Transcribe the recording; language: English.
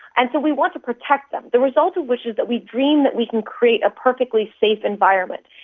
and so we want to protect them, the result of which is that we dream that we can create a perfectly safe environment,